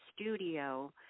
studio